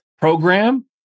program